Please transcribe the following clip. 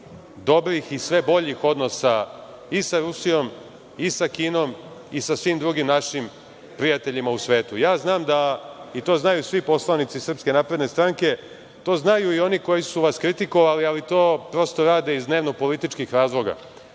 dobrih i sve boljih odnosa i sa Rusijom i sa Kinom i sa svim drugim našim prijateljima u svetu. Ja znam da, i to znaju svi poslanici SNS, to znaju i oni koji su vas kritikovali, ali to prosto rade iz dnevno-političkih razloga,